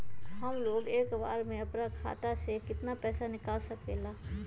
हमलोग एक बार में अपना खाता से केतना पैसा निकाल सकेला?